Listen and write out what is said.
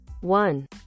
one